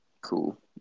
Cool